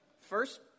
First